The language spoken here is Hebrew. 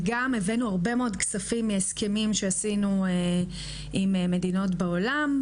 גם הבאנו הרבה מאוד כספים מהסכמים שעשינו עם מדינות בעולם.